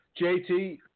JT